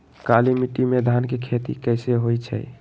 काली माटी में धान के खेती कईसे होइ छइ?